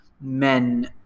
men